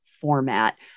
format